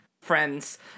friends